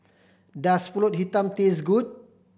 does Pulut Hitam taste good